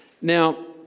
Now